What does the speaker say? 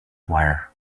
wire